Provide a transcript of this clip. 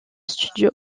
studio